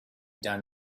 done